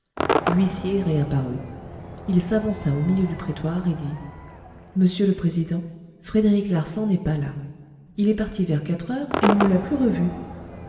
l'huissier réapparut il s'avança au milieu du prétoire et dit monsieur le président frédéric larsan n'est pas là il est parti vers quatre heures et on ne l'a plus revu